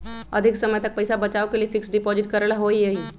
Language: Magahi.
अधिक समय तक पईसा बचाव के लिए फिक्स डिपॉजिट करेला होयई?